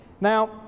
Now